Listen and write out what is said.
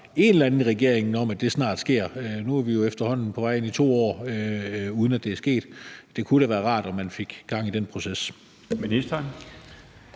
en eller anden i regeringen om, at det snart sker. Nu har vi jo efterhånden på vej ind i det andet år, uden at det er sket, og det kunne da være rart, om man fik gang i den proces.